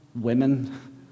women